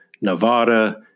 Nevada